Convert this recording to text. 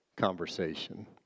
conversation